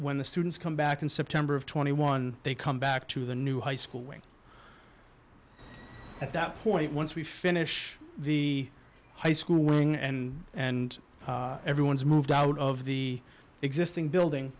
when the students come back in september of twenty one they come back to the new high school when at that point once we finish the high school we're going and and everyone's moved out of the existing building